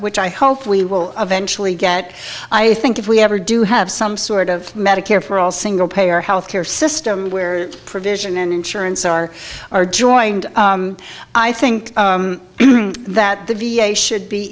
which i hope we will eventually get i think if we ever do have some sort of medicare for all single payer health care system where provision and insurance are are joined i think that the v a should be